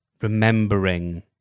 remembering